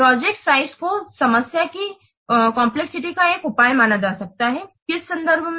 project size को समस्या की कम्प्लेक्सिटी का एक उपाय माना जा सकता है किस संदर्भ में